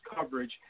coverage